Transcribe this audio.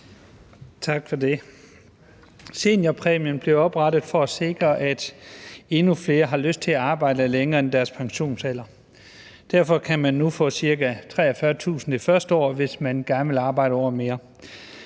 Tak for det. Seniorpræmien blev jo oprettet for at sikre, at endnu flere har lyst til at arbejde længere end deres pensionsalder. Derfor kan man nu få ca. 43.000 kr. det første år, hvis man gerne vil arbejde et år mere.